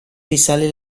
risale